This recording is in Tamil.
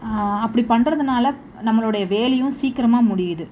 அப்படி பண்ணுறதுனால நம்மளுடைய வேலையும் சீக்கிரமாக முடியுது